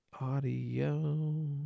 audio